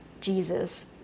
Jesus